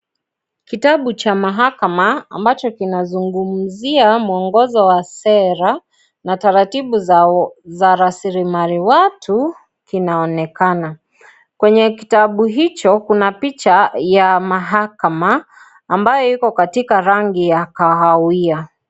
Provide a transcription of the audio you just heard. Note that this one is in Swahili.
Kitabu cha mahakama ambacho kinazungumzia mwongozo wa sera na taratibu za raslimali watu kinaonekana, kwenye kitabu hicho kuna picha ya mahakama ambayo iko katika rangi ya kahawia.